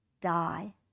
die